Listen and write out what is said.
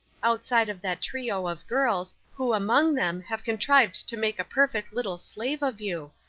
outside of that trio of girls, who among them have contrived to make a perfect little slave of you.